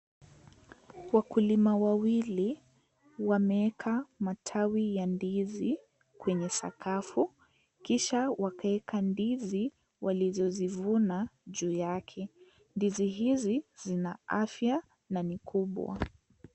Wakulima wawili wameweka matawi ya ndizi kwenye sakafu kisha wakaweka ndizi walizozivuna juu yake. Ndizi hizi zina afya na ni kubwa.